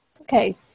Okay